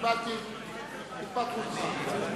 קיבלתי את התפטרותך.